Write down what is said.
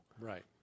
right